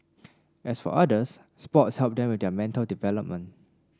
as for others sports help them with their mental development